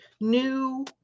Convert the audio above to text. new